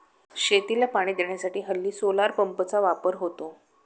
शेतीला पाणी देण्यासाठी हल्ली सोलार पंपचा वापर होतो